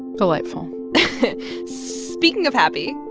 delightful speaking of happy,